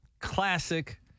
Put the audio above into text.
Classic